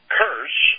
curse